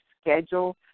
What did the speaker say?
schedule